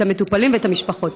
את המטופלים ואת המשפחות.